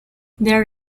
their